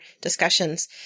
discussions